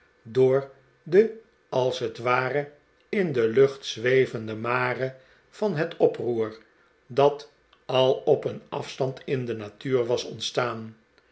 door de als het ware in de lucht zwevende mare van het oproer dat al op een afstand in de natuur was ontstaan